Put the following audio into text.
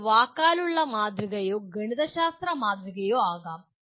ഇത് ഒരു വാക്കാലുള്ള മാതൃകയോ ഗണിതശാസ്ത്ര മാതൃകയോ ആകാം